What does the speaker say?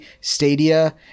Stadia